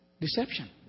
Deception